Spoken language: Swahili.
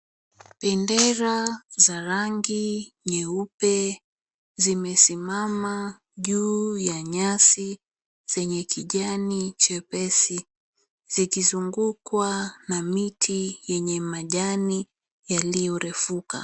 Bendera za rangi nyeupe zimesimama juu ya nyasi zenye kijani chepesi zikizungukwa na miti yenye majani yaliyorefuka.